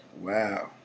wow